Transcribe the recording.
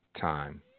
Time